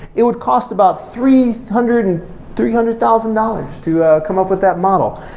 it would cost about three hundred and three hundred thousand dollars to ah come up with that model.